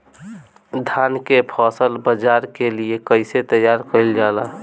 धान के फसल बाजार के लिए कईसे तैयार कइल जाए?